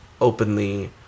openly